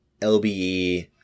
LBE